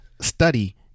study